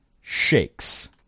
shakes